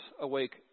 awake